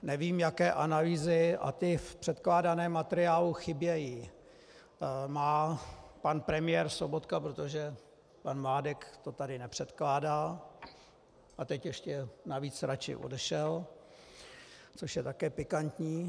Nevím, jaké analýzy a ty v předkládaném materiálu chybějí má pan premiér Sobotka, protože pan Mládek to tady nepředkládá a teď ještě navíc raději odešel, což je také pikantní.